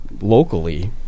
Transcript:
locally